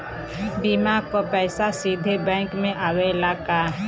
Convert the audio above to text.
बीमा क पैसा सीधे बैंक में आवेला का?